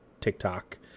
TikTok